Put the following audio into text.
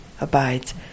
abides